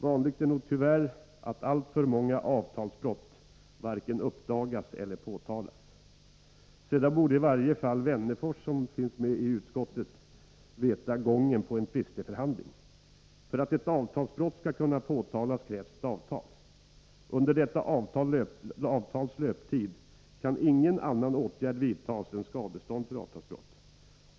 Vanligt är nog tyvärr att alltför många avtalsbrott varken uppdagas eller påtalas. I varje fall borde Alf Wennerfors, som är med i utskottet, känna till gången på en tvisteförhandling. För att ett avtalsbrott skall kunna påtalas krävs ett avtal. Under detta avtals löptid kan ingen annan åtgärd vidtas än skadestånd för avtalsbrott.